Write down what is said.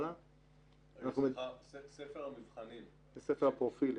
ספר הפרופילים.